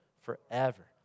forever